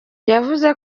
yavuze